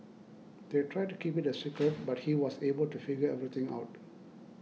they tried to keep it a secret but he was able to figure everything out